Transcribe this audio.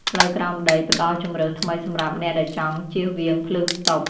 ផ្លូវក្រោមដីផ្ដល់ជម្រើសថ្មីសម្រាប់អ្នកដែលចង់ជៀសវាងភ្លើងស្តុប។